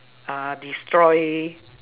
uh destroy